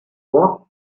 walked